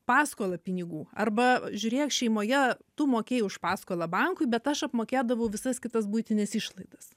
paskolą pinigų arba žiūrėk šeimoje tu mokėjai už paskolą bankui bet aš apmokėdavau visas kitas buitines išlaidas